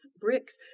bricks